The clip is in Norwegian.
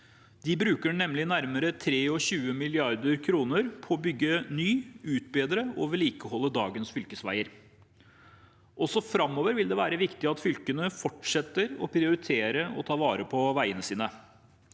De bruker nærmere 23 mrd. kr på å bygge nye og utbedre og vedlikeholde dagens fylkesveier. Også framover vil det være viktig at fylkene fortsetter å prioritere å ta vare på veiene sine.